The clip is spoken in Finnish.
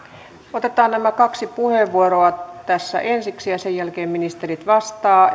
otetaan kaksi puheenvuoroa tässä ensiksi ja sen jälkeen ministerit vastaavat